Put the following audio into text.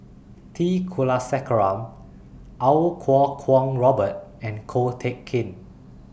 T Kulasekaram Iau Kuo Kwong Robert and Ko Teck Kin